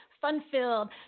fun-filled